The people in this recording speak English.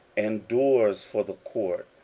and doors for the court,